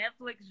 Netflix